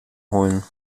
holen